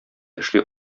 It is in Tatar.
эшли